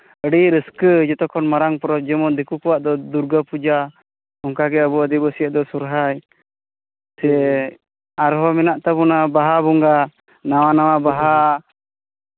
ᱟᱹᱰᱤ ᱨᱟᱹᱥᱠᱟᱹ ᱡᱚᱛᱚᱠᱷᱚᱱ ᱢᱟᱨᱟᱝ ᱯᱚᱨᱚᱵᱽ ᱡᱮᱢᱚᱱ ᱫᱤᱠᱩ ᱠᱚᱣᱟᱜ ᱫᱚ ᱫᱩᱨᱜᱟᱯᱩᱡᱟ ᱚᱱᱠᱟᱜᱮ ᱟᱵᱚ ᱟᱹᱫᱤᱵᱟᱹᱥᱤᱭᱟᱜ ᱫᱚ ᱥᱚᱨᱦᱟᱭ ᱥᱮ ᱟᱨᱦᱚᱸ ᱢᱮᱱᱟᱜ ᱛᱟᱵᱚᱱᱟ ᱵᱟᱦᱟ ᱵᱚᱸᱜᱟ ᱱᱟᱣᱟ ᱱᱟᱣᱟ ᱵᱟᱦᱟ